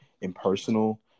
impersonal